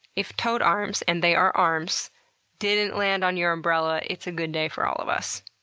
if toad arms and they are arms didn't land on your umbrella, it's a good day for all of us.